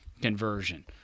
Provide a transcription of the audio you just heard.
conversion